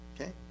Okay